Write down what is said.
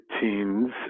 teens